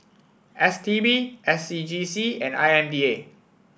S T B S C G C and I M D A